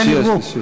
השלישי,